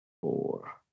four